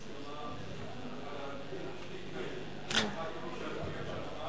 הסכמה בשני תנאים: 1. כמו שאדוני אמר,